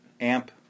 amp